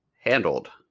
handled